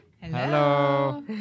Hello